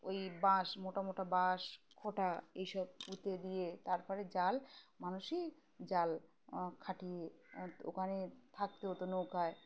ওই বাঁশ মোটা মোটা বাঁশ খোঁটা এইসব পুঁতে দিয়ে তারপরে জাল মানুষই জাল খাটিয়ে ওখানে থাকতে হতো নৌকায়